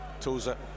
Toza